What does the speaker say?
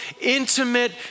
intimate